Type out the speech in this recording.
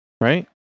right